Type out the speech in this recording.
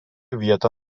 vietą